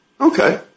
Okay